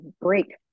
break